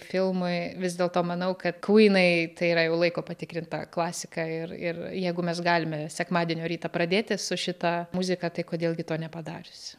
filmui vis dėlto manau kad kuyai tai yra jau laiko patikrinta klasika ir ir jeigu mes galime sekmadienio rytą pradėti su šita muzika tai kodėl gi to nepadariusi